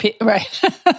Right